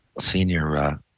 Senior